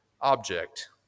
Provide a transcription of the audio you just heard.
object